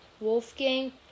Wolfgang